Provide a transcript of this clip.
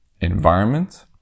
environment